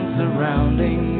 surrounding